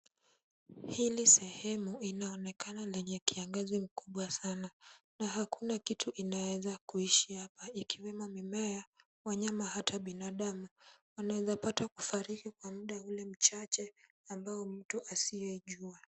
Hili sehemu linaonekana lenye kiangazi mkubwa sana na hakuna kitu inaweza kuishi hapa ikiwemo mimea, wanyama hata binadamu. Anaweza kupata kufariki kwa muda ule mchache ambao mtu asiyejua.